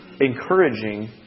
encouraging